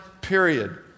period